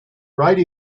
write